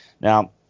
Now